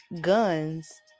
Guns